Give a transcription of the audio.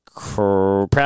Proud